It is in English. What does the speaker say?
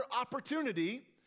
opportunity